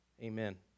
Amen